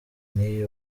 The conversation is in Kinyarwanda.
n’iyi